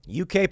UK